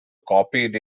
copied